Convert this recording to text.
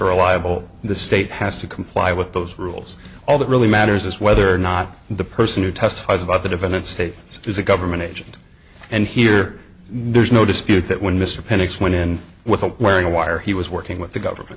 a liable the state has to comply with those rules all that really matters is whether or not the person who testifies about the defendant states is a government agent and here there's no dispute that when mr panix went in without wearing a wire he was working with the government